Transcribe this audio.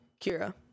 kira